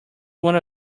one